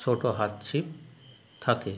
ছোট হাতছিপ থাকে